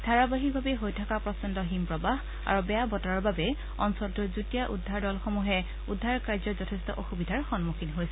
ধাৰাবাহিকভাৱে হৈ থকা প্ৰচণ্ড হিমপ্ৰবাহ আৰু বেয়া বতৰৰ বাবে অঞ্চলটোত যুটীয়া উদ্ধাৰ দলসমূহে উদ্ধাৰ কাৰ্যত যথেষ্ঠ অসুবিধাৰ সন্মুখীন হৈছে